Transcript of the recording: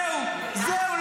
זהו, זהו.